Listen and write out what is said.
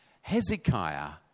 Hezekiah